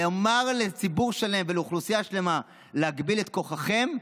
לומר לציבור שלם ולאוכלוסייה שלמה "להגביל את כוחכם",